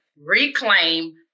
reclaim